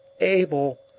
Abel